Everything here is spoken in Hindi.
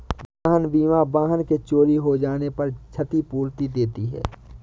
वाहन बीमा वाहन के चोरी हो जाने पर क्षतिपूर्ति देती है